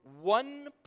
one